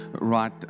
right